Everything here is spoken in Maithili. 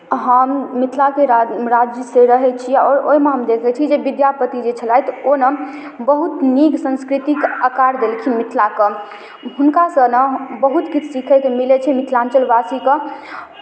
हम मिथिलाके राज्य राज्यसँ रहै छी आओर ओहिमे हम देखै छी जे विद्यापति जे छलथि ओ ने बहुत नीक संस्कृतिके आकार देलखिन मिथिलाके हुनकासँ ने बहुत किछु सीखैके मिलै छै मिथिलाञ्चल वासीके